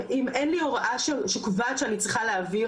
אם אין לי הוראה שקובעת שאני צריכה להעביר,